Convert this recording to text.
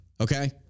okay